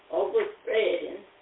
overspreading